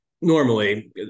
normally